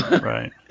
Right